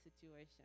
situation